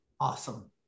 Awesome